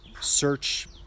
search